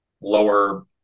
lower